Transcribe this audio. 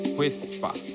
whisper